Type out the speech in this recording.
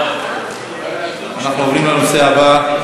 אנחנו עוברים לנושא הבא.